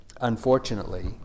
unfortunately